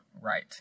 right